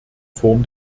form